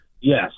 Yes